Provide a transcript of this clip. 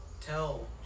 tell